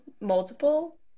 multiple